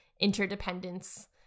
interdependence